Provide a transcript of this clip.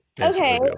okay